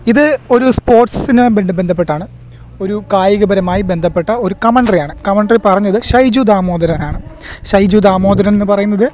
ഇത് ഒരു സ്പോർട്സിനെ ബന്ധപ്പെട്ടാണ് ഒരു കായികപരമായി ബന്ധപ്പെട്ട ഒരു കമൻട്രിയാണ് കമൻട്രി പറഞ്ഞത് ഷൈജു ദാമോദരൻ ആണ് ഷൈജു ദാമോദരനെന്നു പറയുന്നത്